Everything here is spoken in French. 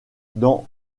dans